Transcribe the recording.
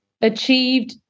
achieved